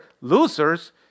losers